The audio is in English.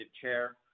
Chair